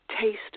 Taste